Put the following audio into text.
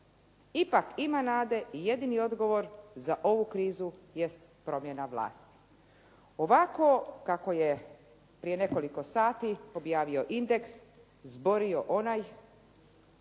Ipak ima nade i jedini odgovor za ovu krizu jest promjena vlasti. Ovako kako je prije nekoliko sati objavio indeks zborio onaj